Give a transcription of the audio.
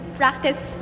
practice